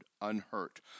unhurt